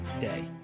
day